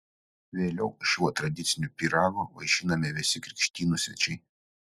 vėliau šiuo tradiciniu pyragu vaišinami visi krikštynų svečiai